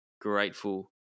grateful